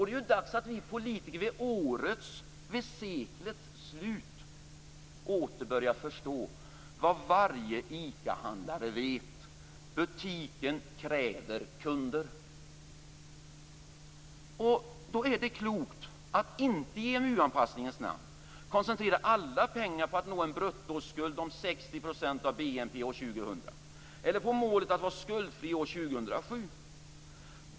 Det är dags att vi politiker vid seklets slut åter börjar förstå vad varje ICA-handlare vet: butiken kräver kunder. Då är det klokt att inte i EMU-anpassningens namn koncentrera alla pengar på att nå en bruttoskuld om 60 % av BNP år 2000 eller på målet att vara skuldfri år 2007.